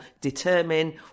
determine